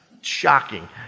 shocking